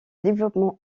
développement